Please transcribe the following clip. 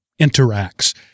interacts